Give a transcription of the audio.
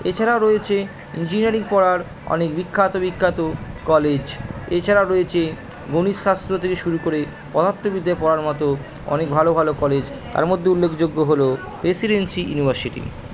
এছাড়াও রয়েছে ইঞ্জিনিয়ারিং পড়ার অনেক বিখ্যাত বিখ্যাত কলেজ এছাড়াও রয়েছে গণিতশাস্ত্র থেকে শুরু করে পদার্থবিদ্যায় পড়ার মতো অনেক ভালো ভালো কলেজ তার মধ্যে উল্লেখযোগ্য হলো প্রেসিডেন্সি ইউনিভার্সিটি